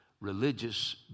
religious